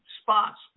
spots